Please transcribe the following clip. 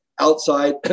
outside